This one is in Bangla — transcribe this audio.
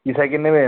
কী সাইকেল নেবেন